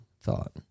thought